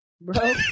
bro